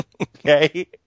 okay